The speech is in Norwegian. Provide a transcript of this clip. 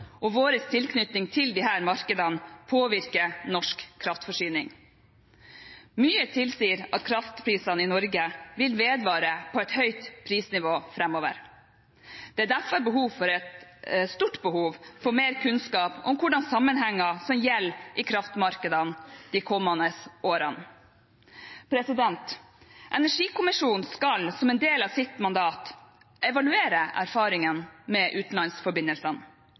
og vår tilknytning til disse markedene påvirker norsk kraftforsyning. Mye tilsier at kraftprisene i Norge vil være vedvarende høye framover. Det er derfor et stort behov for mer kunnskap om hva slags sammenhenger som gjelder i kraftmarkedene de kommende årene. Energikommisjonen skal, som en del av sitt mandat, evaluere erfaringene med utenlandsforbindelsene.